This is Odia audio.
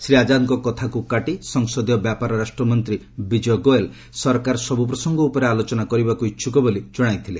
ଶ୍ରୀ ଆଜାଦଙ୍କ କଥାକୁ କାଟି ସଂସଦୀୟ ବ୍ୟାପାର ରାଷ୍ଟ୍ରମନ୍ତ୍ରୀ ବିଜୟ ଗୋୟଲ୍ ସରକାର ସବୁ ପ୍ରସଙ୍ଗ ଉପରେ ଆଲୋଚନା କରିବାକୁ ଇଚ୍ଛୁକ ବୋଲି ଜଣାଇଥିଲେ